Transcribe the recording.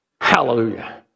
Hallelujah